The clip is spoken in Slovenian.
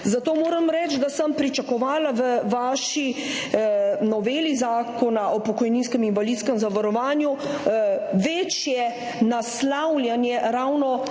Zato moram reči, da sem pričakovala v vaši noveli Zakona o pokojninskem in invalidskem zavarovanju večje naslavljanje ravno